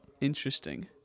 Interesting